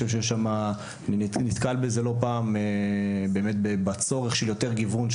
אני נתקל בזה לא פעם בצורך ליותר גיוון.